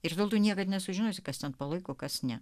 ir dėl to niekad nesužinosi kas ten palaiko kas ne